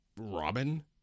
Robin